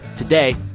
today,